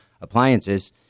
appliances